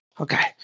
okay